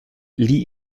lieh